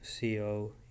CO